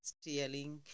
stealing